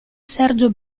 sergio